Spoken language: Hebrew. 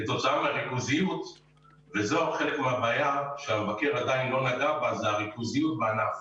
כתוצאה מהריכוזיות - וזה חלק מהבעיה שהמבקר עדיין לא נגע בה,